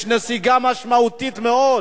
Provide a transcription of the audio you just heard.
יש נסיגה משמעותית מאוד,